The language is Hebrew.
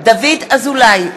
דוד אזולאי,